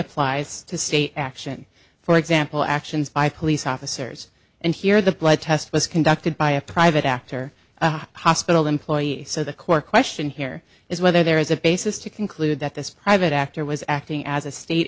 applies to state action for example actions by police officers and here the blood test was conducted by a private actor hospital employee so the core question here is whether there is a basis to conclude that this private actor was acting as a state